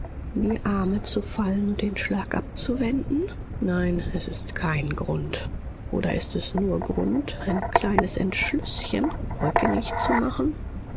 die arme zu fallen und den schlag abzuwenden nein es ist kein grund oder ist es nur grund ein kleines entschlüßchen rückgängig zu machen